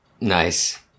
Nice